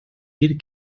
dir